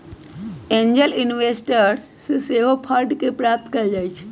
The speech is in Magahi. एंजल इन्वेस्टर्स से सेहो फंड के प्राप्त कएल जाइ छइ